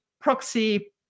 proxy